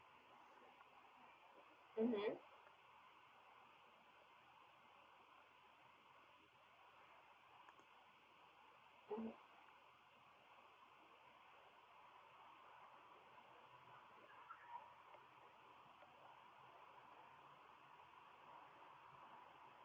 mmhmm mm